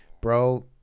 Bro